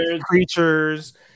creatures